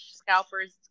scalpers